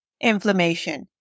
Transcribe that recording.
inflammation